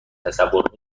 تصور